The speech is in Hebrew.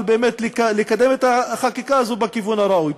באמת לקדם את החקיקה הזאת בכיוון הראוי.